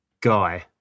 guy